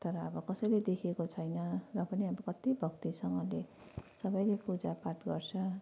तर अब कसैले देखेको छैन र पनि अब कति भक्तिसँगले सबैले पूजापाठ गर्छ